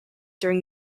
during